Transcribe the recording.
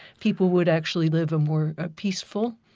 people would actually live a more ah peaceful,